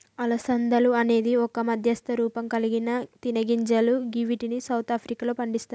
అలసందలు అనేది ఒక మధ్యస్థ రూపంకల్గిన తినేగింజలు గివ్విటిని సౌత్ ఆఫ్రికాలో పండిస్తరు